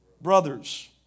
brothers